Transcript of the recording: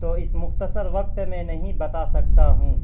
تو اس مختصر وقت میں نہیں بتا سکتا ہوں